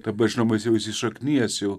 dabar žinoma jis jau įsišaknijęs jau